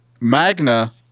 Magna